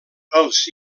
els